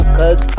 cause